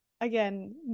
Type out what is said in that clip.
again